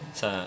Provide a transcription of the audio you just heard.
sa